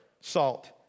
salt